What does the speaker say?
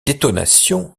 détonation